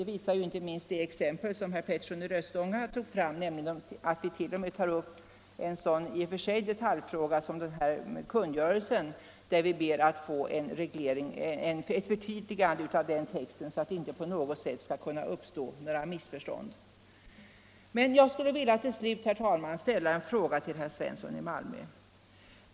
Det visar inte minst det exempel som herr Petersson i Röstånga tog fram, nämligen att vi, t.o.m. i en sådan detaljfråga som den kungörelse han nämnde, ber att få ett förtydligande av texten så att det inte på något sätt skall kunna uppstå missförstånd. Jag skulle till slut, herr talman, vilja ställa en fråga till herr Svensson i Malmö.